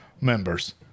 members